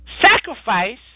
sacrifice